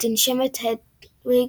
התנשמת הדוויג,